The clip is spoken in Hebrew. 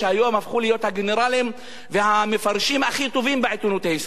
הפכו להיות הגנרלים והמפרשים הכי טובים בעיתונות הישראלית.